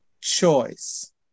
choice